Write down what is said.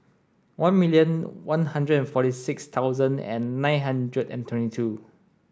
one million one hundred and forty six thousand and nine hundred and twenty two